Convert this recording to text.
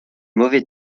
mauvais